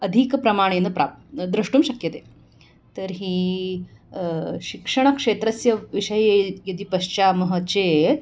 अधिकप्रमाणेन प्राप् द्रष्टुं शक्यते तर्हि शिक्षणक्षेत्रस्य विषये यदि पश्चामः चेत्